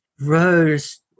rose